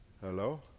Hello